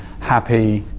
happy,